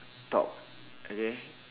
talk okay